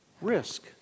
risk